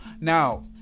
Now